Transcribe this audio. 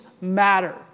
matter